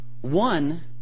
One